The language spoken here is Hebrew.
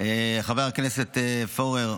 חבר הכנסת פורר,